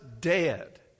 dead